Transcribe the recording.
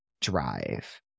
drive